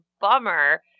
bummer